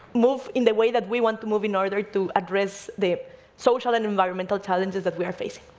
move in the way that we want to move in order to address the social and environmental challenges that we are facing.